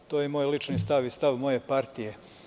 To je moj lični stav i stav moje partije.